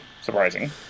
surprising